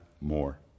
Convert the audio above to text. more